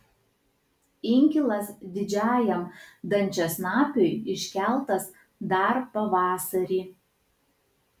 inkilas didžiajam dančiasnapiui iškeltas dar pavasarį